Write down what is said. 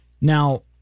now